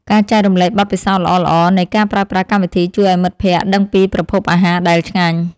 ការចែករំលែកបទពិសោធន៍ល្អៗនៃការប្រើប្រាស់កម្មវិធីជួយឱ្យមិត្តភក្តិដឹងពីប្រភពអាហារដែលឆ្ងាញ់។